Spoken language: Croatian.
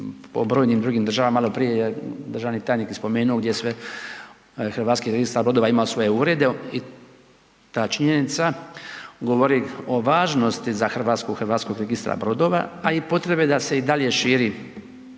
Po brojnim drugim državama maloprije je državni tajnik i spomenuo gdje sve HRB ima svoje urede i ta činjenica govori o važnosti za Hrvatsku HRB-a, a i potrebe da se i dalje širi